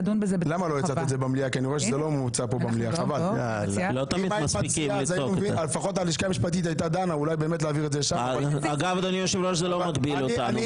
הצעת חוק להרחבת הייצוג ההולם של בני האוכלוסייה החרדית